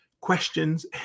questions